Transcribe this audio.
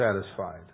satisfied